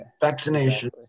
vaccination